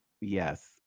Yes